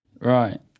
Right